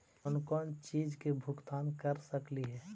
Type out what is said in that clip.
कौन कौन चिज के भुगतान कर सकली हे?